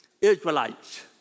Israelites